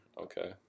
Okay